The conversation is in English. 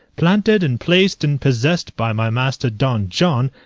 planted and placed and possessed by my master don john,